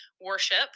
worship